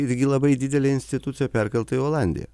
irgi labai didelė institucija perkelta į olandiją